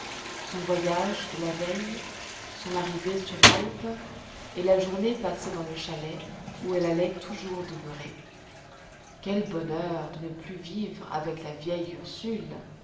son voyage de la veille son arrivée sur l'alpe et la journée passée dans le chalet où elle allait toujours demeurer quel bonheur de ne plus vivre avec la vieille ursule